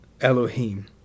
Elohim